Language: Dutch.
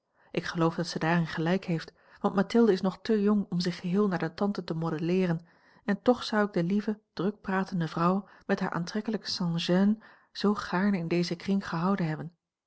ik geloof dat zij daarin gelijk heeft want mathilde is nog te jong om zich geheel naar de tante te modelleeren en a l g bosboom-toussaint langs een omweg toch zou ik de lieve druk pratende vrouw met haar aantrekkelijk sans-gêne zoo gaarne in dezen kring gehouden hebben